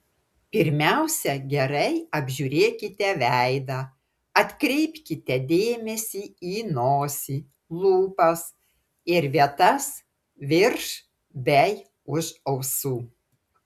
pirmiausia gerai apžiūrėkite veidą atkreipkite dėmesį į nosį lūpas ir vietas virš bei už ausų